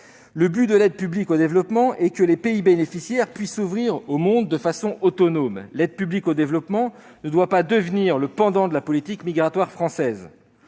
Le but de l'aide publique au développement est que les pays bénéficiaires puissent s'ouvrir au monde de façon autonome. L'aide publique au développement ne doit pas devenir le pendant de la politique migratoire française.